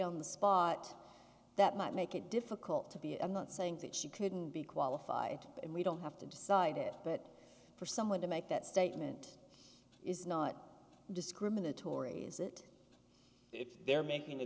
on the spot that might make it difficult to be i'm not saying that she couldn't be qualified and we don't have to decide it but for someone to make that statement is not discriminatory is it if they're making